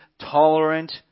tolerant